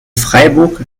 freiburg